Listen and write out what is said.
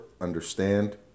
understand